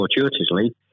fortuitously